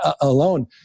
alone